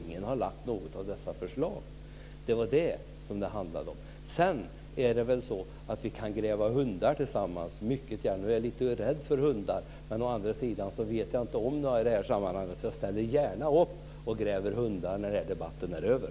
Ingen har lagt fram något av dessa förslag. Det var det som det handlade om. Sedan kan vi mycket gärna gräva efter hundar tillsammans. Nu är jag lite rädd för hundar, men å andra sidan vet jag inte om att det finns några sådana i det här sammanhanget, så jag ställer gärna upp och gräver efter hundar när den här debatten är över.